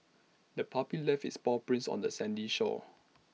the puppy left its paw prints on the sandy shore